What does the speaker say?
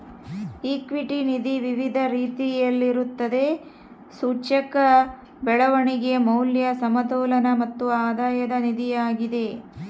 equity ನಿಧಿ ವಿವಿಧ ರೀತಿಯಲ್ಲಿರುತ್ತದೆ, ಸೂಚ್ಯಂಕ, ಬೆಳವಣಿಗೆ, ಮೌಲ್ಯ, ಸಮತೋಲನ ಮತ್ತು ಆಧಾಯದ ನಿಧಿಯಾಗಿದೆ